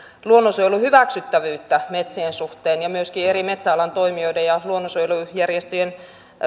luonnonsuojelun hyväksyttävyyttä metsien suhteen ja myöskin eri metsäalan toimijoiden ja luonnonsuojelujärjestöjen